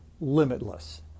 limitless